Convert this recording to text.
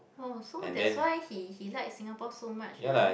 !wah! so that's why he he like Singapore so much ah